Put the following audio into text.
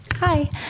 Hi